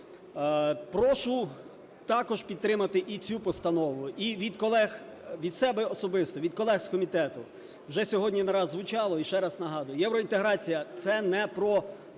Прошу також підтримати і цю постанову. І від себе особисто, від колег з комітету, вже сьогодні не раз звучало і ще раз нагадую: євроінтеграція – це не про дату